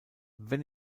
wenn